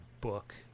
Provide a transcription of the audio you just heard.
book